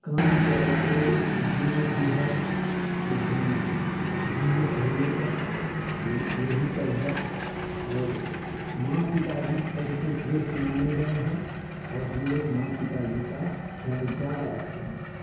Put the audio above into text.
काम के आलावे एक बहाना भी हैवहाँ घूमने टहलने का यह यही सब है और माँ पिताजी सबसे श्रेष्ठ माने गए हैं और हम लोग माँ पिताजी का ख्याल ज़्यादा रखते हैं